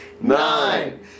nine